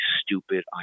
stupid